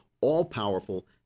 all-powerful